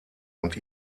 und